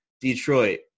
Detroit